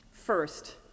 First